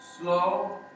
slow